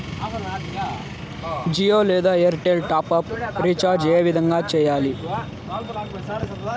జియో లేదా Airtel top up recharge ఏ విధంగా సేయాలి